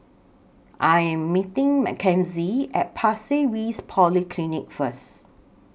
I Am meeting Mckenzie At Pasir Ris Polyclinic First